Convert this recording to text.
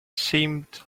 seemed